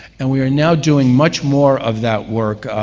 and we are now doing much more of that work.